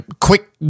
quick